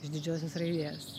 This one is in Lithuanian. iš didžiosios raidės